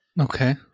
Okay